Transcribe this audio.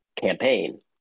campaign